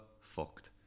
fucked